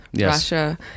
Russia